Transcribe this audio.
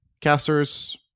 casters